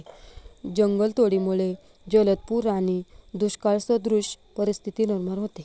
जंगलतोडीमुळे जलद पूर आणि दुष्काळसदृश परिस्थिती निर्माण होते